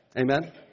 Amen